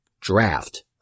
Draft